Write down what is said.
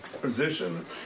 position